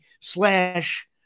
slash